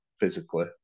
physically